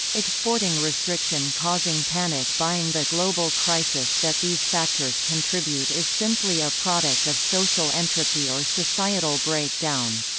exporting restriction causing panic buyingthe global crisis that these factors contribute is simply a product of social entropy or societal break down.